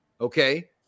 okay